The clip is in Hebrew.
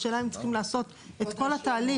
השאלה אם הם צריכים לעשות את כל התהליך,